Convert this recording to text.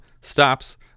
stops